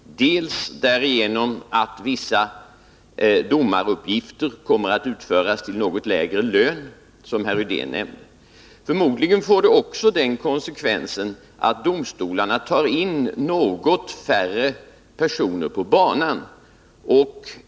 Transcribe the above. BI. a. sker det genom att vissa domaruppgifter kommer att utföras till något lägre lön, som herr Rydén nämnde. Förmodligen får det också den konsekvensen att domstolarna tar in något färre personer på domarbanan.